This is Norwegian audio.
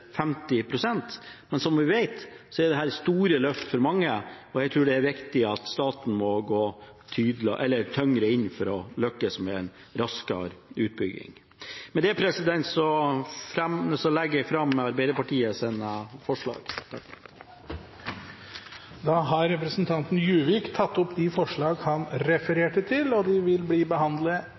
men som vi vet, er dette store løft for mange, og jeg tror det er viktig at staten går tyngre inn for å lykkes med en raskere utbygging. Med det tar jeg opp Arbeiderpartiets forslag. Da har representanten Kjell-Idar Juvik tatt opp de forslagene han refererte til. I Kristelig Folkeparti har vi rimelig god hukommelse. Vi husker veldig godt tiden da SV satt i regjering, og